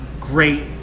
great